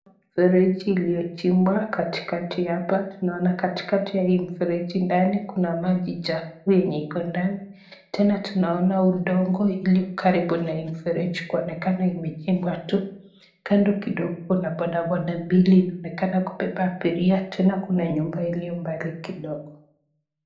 Mfereji iliyo chimbwa katikati hapa tunaona katikati ya hii mfereji ndani kuna maji chafu yenye iko ndani, tena tunaona udongo ikiwa karibu na mfereji, kuonekana imechimbwa tu, kando kidogo kuna bodaboda mbili inaonekana kubeba abiria tena kuna nyumba iliyo mbali kidogo.